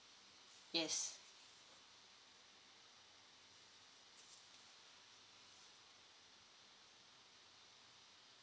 yes